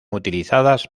utilizadas